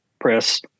press